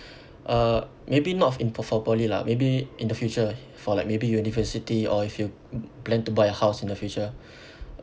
uh maybe not in for poly lah maybe in the future for like maybe university or if you plan to buy a house in the future